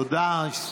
תודה.